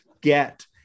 get